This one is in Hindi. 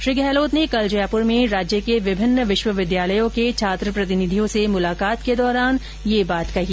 श्री गहलोत ने कल जयपुर में राज्य के विभिन्न विश्वविद्यालयों के छात्र प्रतिनिधियों से मुलाकात के दौरान यह बात कही